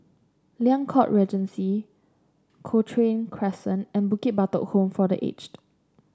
Liang Court Regency Cochrane Crescent and Bukit Batok Home for The Aged